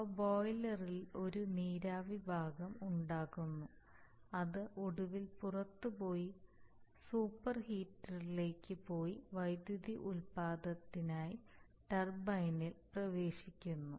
അവ ബോയിലറിൽ ഒരു നീരാവി ഭാഗം ഉണ്ടാക്കുന്നു അത് ഒടുവിൽ പുറത്തുപോയി സൂപ്പർ ഹീറ്ററിലേക്ക് പോയി വൈദ്യുതി ഉൽപാദനത്തിനായി ടർബൈനിൽ പ്രവേശിക്കുന്നു